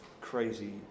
crazy